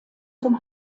zum